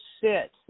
sit